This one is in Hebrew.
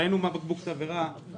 ראינו מה בקבוק תבערה עושה,